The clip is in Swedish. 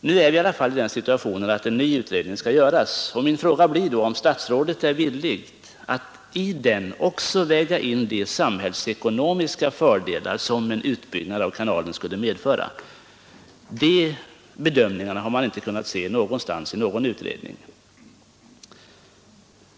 Nu är vi i alla fall i den situationen att en ny utredning skall göras, och min fråga blir då om statsrådet är villig att i den också väga in de samhällsekonomiska fördelar som en utbyggnad av kanalen skulle medföra. De bedömningarna har man inte kunnat finna i någon utredning.